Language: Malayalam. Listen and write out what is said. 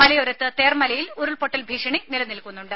മലയോരത്ത് തേർമലയിൽ ഉരുൾ പൊട്ടൽ ഭീഷണി നിലനിൽക്കുന്നുണ്ട്